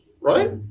Right